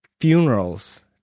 funerals